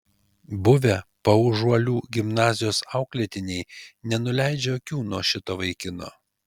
buvę paužuolių progimnazijos auklėtiniai nenuleidžia akių nuo šito vaikino